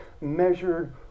measured